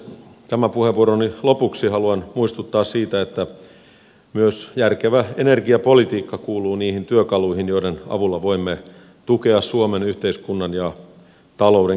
tämän puheenvuoroni lopuksi haluan muistuttaa siitä että myös järkevä energiapolitiikka kuuluu niihin työkaluihin joiden avulla voimme tukea suomen yhteiskunnan ja talouden kehittymistä